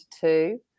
two